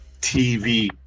TV